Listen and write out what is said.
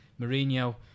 Mourinho